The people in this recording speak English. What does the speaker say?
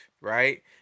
right